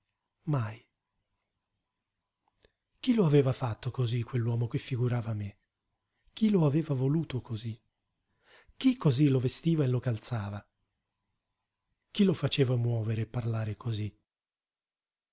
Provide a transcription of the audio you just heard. mai chi lo aveva fatto cosí quell'uomo che figurava me chi lo aveva voluto cosí chi cosí lo vestiva e lo calzava chi lo faceva muovere e parlare cosí